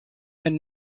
and